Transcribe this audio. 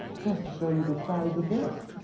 just to show you the size of this.